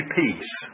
peace